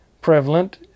prevalent